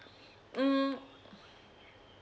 mm